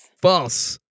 False